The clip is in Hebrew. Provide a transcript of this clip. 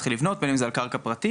להתחיל לבנות, בין אם זה על קרקע פרטית